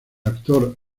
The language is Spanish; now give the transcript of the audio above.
actor